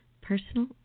personal